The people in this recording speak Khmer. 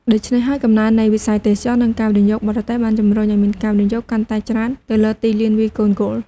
ដូច្នេះហើយ កំណើននៃវិស័យទេសចរណ៍ និងការវិនិយោគបរទេសបានជំរុញឲ្យមានការវិនិយោគកាន់តែច្រើនទៅលើទីលានវាយកូនហ្គោល។